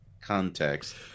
context